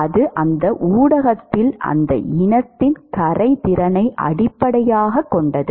அது அந்த ஊடகத்தில் அந்த இனத்தின் கரைதிறனை அடிப்படையாகக் கொண்டது